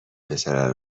پسره